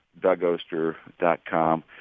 dougoster.com